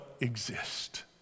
exist